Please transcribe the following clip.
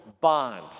bond